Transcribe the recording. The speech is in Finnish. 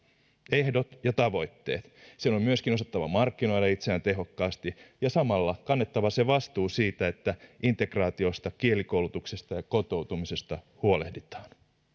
ehdot ja tavoitteet sen on myöskin osattava markkinoida itseään tehokkaasti ja samalla kannettava vastuu siitä että integraatiosta kielikoulutuksesta ja kotoutumisesta huolehditaan